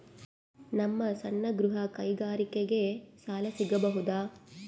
ನಮ್ಮ ಸಣ್ಣ ಗೃಹ ಕೈಗಾರಿಕೆಗೆ ಸಾಲ ಸಿಗಬಹುದಾ?